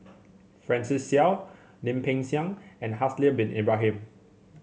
Francis Seow Lim Peng Siang and Haslir Bin Ibrahim